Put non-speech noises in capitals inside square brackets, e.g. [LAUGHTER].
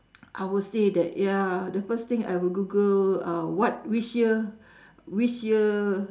[NOISE] I will say that ya the first thing I will google uh what which year [BREATH] which year